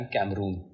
Cameroon